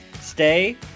stay